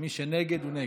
ומי שנגד, הוא נגד.